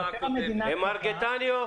מר גטניו,